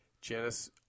Janice